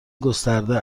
گسترده